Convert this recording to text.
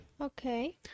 Okay